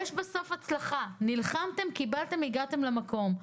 יש בסוף הצלחה, נלחמתם, קיבלתם, הגעתם למקום.